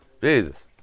Jesus